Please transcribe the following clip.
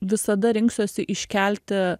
visada rinksiuosi iškelti